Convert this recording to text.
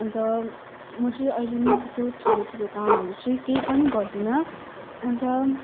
अन्त म चाहिँ अहिले नै त्यस्तो ठुलो ठुलो कामहरू चाहिँ केही पनि गर्दिनँ अन्त